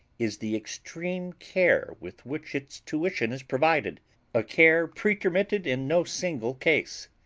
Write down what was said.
is the extreme care with which its tuition is provided a care pretermitted in no single case.